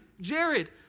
Jared